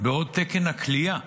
בעוד תקן הכליאה,